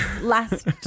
Last